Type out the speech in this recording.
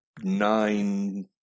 nine